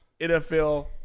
NFL